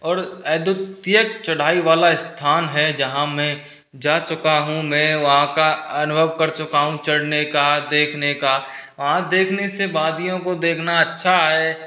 और अद्वितीय चढ़ाई वाला स्थान है जहाँ मैं जा चुका हूँ मैं वहाँ का अनुभव कर चुका हूँ चढ़ने का देखने का वहाँ देखने से वादियों को देखना अच्छा आये